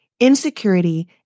insecurity